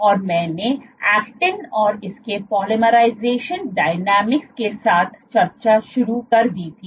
और मैंने ऐक्टिन और इसके पॉलीमराइजेशन डायनेमिक्स के साथ चर्चा शुरू कर दी थी